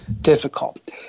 difficult